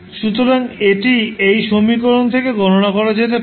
সুতরাং এটি এই সমীকরণ থেকে গণনা করা যেতে পারে